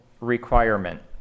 requirement